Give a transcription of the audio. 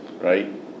right